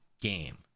game